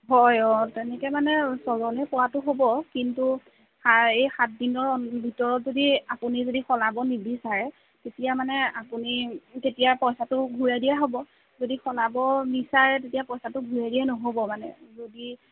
হয় অঁ তেনেকে মানে ছজনে পৰাটো হ'ব কিন্তু এই সাতদিনৰ ভিতৰত যদি আপুনি চলাব নিবিচাৰে তেতিয়া মানে আপুনি তেতিয়া পইচাটো ঘূৰাই দিয়া হ'ব যদি চলাব বিচাৰে তেতিয়া পইচাটো ঘূৰাই দিয়া নহ'ব মানে যদি